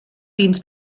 dins